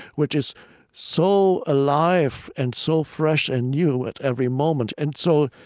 which is so alive and so fresh and new at every moment. and so,